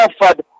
offered